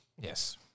yes